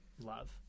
love